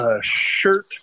shirt